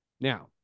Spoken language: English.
Now